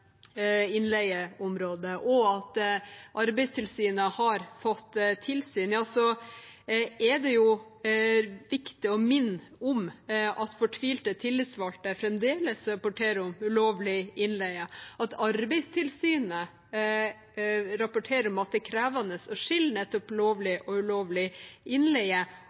innleieområdet, og at Arbeidstilsynet har fått tilsyn, er det jo viktig å minne om at fortvilte tillitsvalgte fremdeles rapporterer om ulovlig innleie, at Arbeidstilsynet rapporterer om at det er krevende å skille mellom nettopp lovlig og ulovlig innleie,